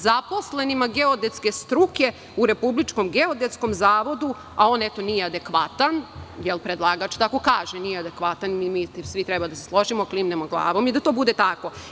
Zaposlenima geodetske struke u Republičkom geodetskom zavodu, a on, eto, nije adekvatan, jer predlagač tako kaže – nije adekvatan i mi svi treba da se složimo, klimnemo glavom i da to bude tako.